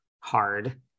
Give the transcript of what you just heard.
hard